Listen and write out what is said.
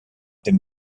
dem